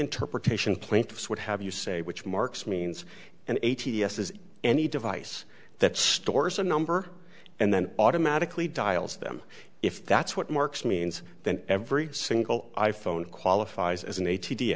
interpretation plaintiffs would have you say which marks means and a t s is any device that stores a number and then automatically dials them if that's what marks means that every single i phone qualifies as an